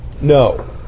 No